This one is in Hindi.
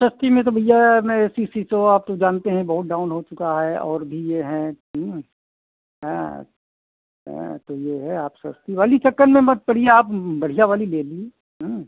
सस्ती में तो भैया में ए सी सी तो आप तो जानते हैं बहुत डाउन हो चुका है और भी यह हैं हाँ हाँ हाँ तो यह है आप सस्ती वाली के चक्कर में मत पड़िए आप बढ़िया वाली ले लीजिए हाँ